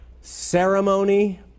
ceremony